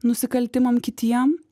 nusikaltimam kitiem